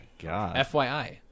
FYI